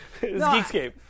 Geekscape